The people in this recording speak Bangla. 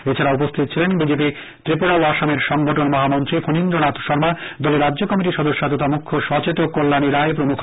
এছাডা উপস্থিত ছিলেন বিজেপি ত্রিপুরা ও আসামের সংগঠন মহামন্ত্রী ফনীন্দ্র নাখ শর্মা দলের রাজ্য কমিটির সদস্যা তথা মুখ্য সচেতক কল্যাণী রায় প্রমুখ